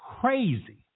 crazy